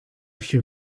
hear